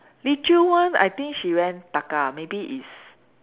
Li Choo one I think she went Taka maybe is